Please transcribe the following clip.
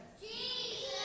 Jesus